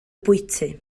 bwyty